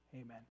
Amen